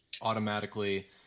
automatically